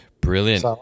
Brilliant